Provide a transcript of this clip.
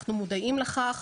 אנחנו מודעים לכך.